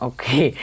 Okay